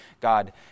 God